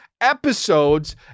episodes